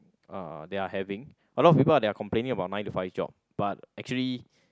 uh they're having a lot of people they're complaining about the nine to five job but actually